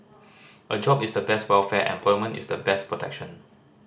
a job is the best welfare employment is the best protection